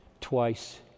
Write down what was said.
twice